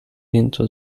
into